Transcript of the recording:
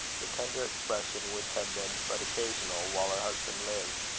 the tender expression which had been but occasional while her husband lived,